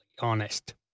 honest